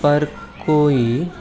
पर कोई